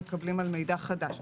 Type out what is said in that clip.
מקבלים על מידע חדש.